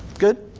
good?